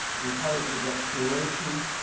encourages exploration,